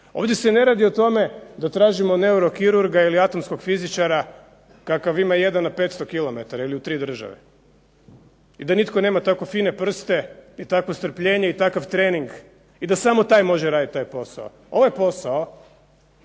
Ovdje se ne radi o tome da tražimo neurokirurga, ili atomskog fizičara kakvog ima jedan na 500 km ili u tri države i da nitko nema tako fine prste, takvo strpljenje i takav trening i da samo taj može raditi taj posao. Ovaj posao